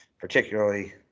particularly